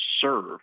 serve